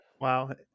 Wow